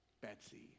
Betsy